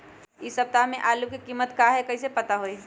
इ सप्ताह में आलू के कीमत का है कईसे पता होई?